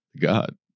God